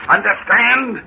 Understand